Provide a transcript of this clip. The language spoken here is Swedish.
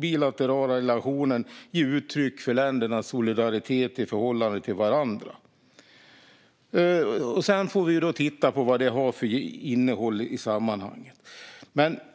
bilaterala relationen och ger uttryck för ländernas solidaritet i förhållande till varandra. Sedan får vi titta på vad detta har för innehåll i sammanhanget.